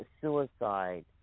suicide